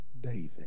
David